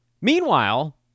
Meanwhile